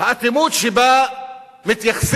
האטימות שבה מתייחסים